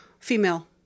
Female